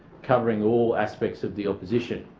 covering all aspects of the opposition.